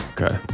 okay